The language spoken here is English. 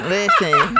Listen